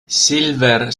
silver